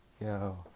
yo